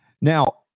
Now